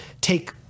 take